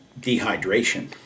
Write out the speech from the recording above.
dehydration